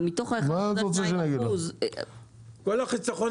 אבל מתוך ה-1.2% --- מה את רוצה שאני אגיד לך?